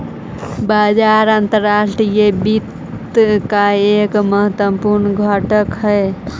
बाजार अंतर्राष्ट्रीय वित्त का एक महत्वपूर्ण घटक हई